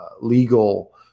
legal